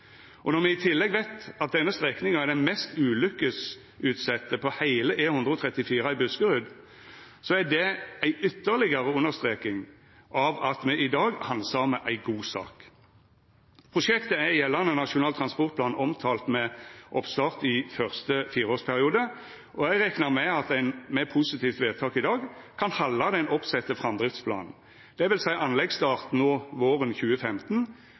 Når me i tillegg veit at denne strekninga er den mest ulukkesutsette på heile E134 i Buskerud, er det ei ytterlegare understreking av at me i dag handsamar ei god sak. Prosjektet er i gjeldande nasjonal transportplan omtalt med oppstart i første fireårsperiode, og eg reknar med at ein med positivt vedtak i dag kan halda den oppsette framdriftsplanen, dvs. anleggsstart våren 2015,